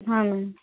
ಹಾಂ ಮೇಡಮ್